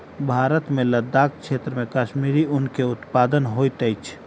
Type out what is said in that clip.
भारत मे लदाख क्षेत्र मे कश्मीरी ऊन के उत्पादन होइत अछि